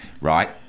right